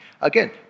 Again